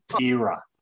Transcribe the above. era